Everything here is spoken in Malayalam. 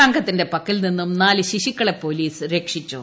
സംഘത്തിന്റെ പക്കൽ നിന്നും നാല് ശിശുക്കളെ പോലീസ് രക്ഷിച്ചു